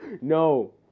No